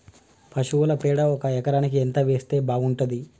పశువుల పేడ ఒక ఎకరానికి ఎంత వేస్తే బాగుంటది?